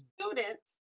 students